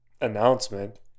announcement